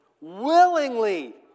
Willingly